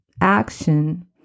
action